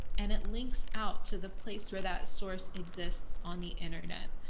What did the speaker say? and it links out to the place where that source exists on the internet.